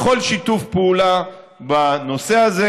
לכל שיתוף פעולה בנושא הזה.